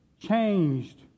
changed